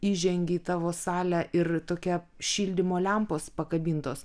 įžengi į tavo salę ir tokia šildymo lempos pakabintos